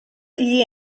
gli